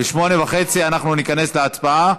ב-20:30 ניכנס להצבעה.